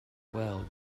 well